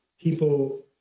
people